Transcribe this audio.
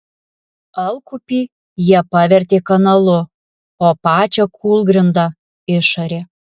alkupį jie pavertė kanalu o pačią kūlgrindą išarė